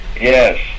Yes